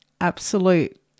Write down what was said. absolute